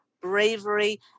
bravery